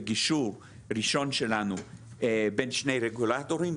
בגישור ראשון שלנו בין שני רגולטורים,